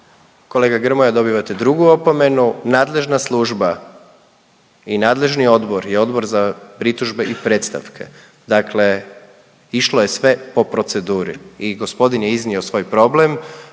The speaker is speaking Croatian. Kolega Grmoja dobivate drugu opomenu. Nadležna služba i nadležni odbor je Odbor za pritužbe i predstavke, dakle išlo je sve po proceduri i gospodin je iznio svoj problem,